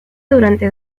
durante